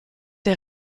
der